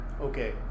Okay